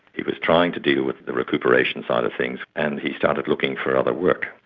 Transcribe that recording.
he was trying to deal with the recuperation side of things, and he started looking for other work.